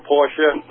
Porsche